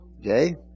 Okay